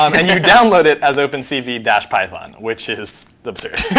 um and you download it as opencv-python, which is absurd.